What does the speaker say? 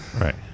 Right